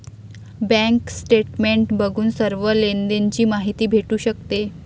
bank statement बघून सर्व लेनदेण ची माहिती भेटू शकते